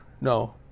No